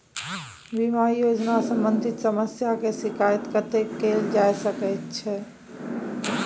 बीमा योजना सम्बंधित समस्या के शिकायत कत्ते कैल जा सकै छी?